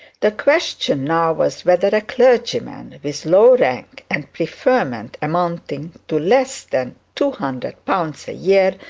the question now was whether a clergyman with low rank, and preferment amounting to less than two hundred pounds a year,